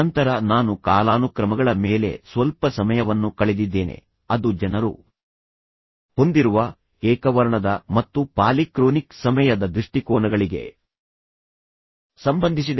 ನಂತರ ನಾನು ಕಾಲಾನುಕ್ರಮಗಳ ಮೇಲೆ ಸ್ವಲ್ಪ ಸಮಯವನ್ನು ಕಳೆದಿದ್ದೇನೆ ಅದು ಜನರು ಹೊಂದಿರುವ ಏಕವರ್ಣದ ಮತ್ತು ಪಾಲಿಕ್ರೋನಿಕ್ ಸಮಯದ ದೃಷ್ಟಿಕೋನಗಳಿಗೆ ಸಂಬಂಧಿಸಿದೆ